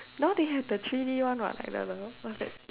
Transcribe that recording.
how they have three-D one what like the the what's that